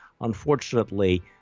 unfortunately